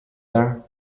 there